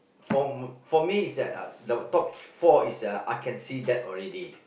for for me is that the top four is uh I can see that already